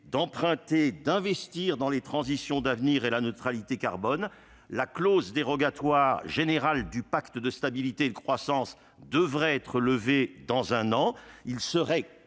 d'emprunter pour investir dans les transitions d'avenir et la neutralité carbone. La clause dérogatoire générale du pacte de stabilité et de croissance devrait être levée dans un an